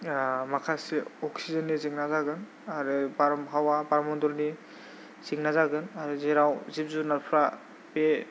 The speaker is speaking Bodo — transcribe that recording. माखासे अक्सिजेननि जेंना जागोन आरो बारहावा बार मण्डलनि जेंना जागोन आरो जेराव जिब जुनारफ्रा बे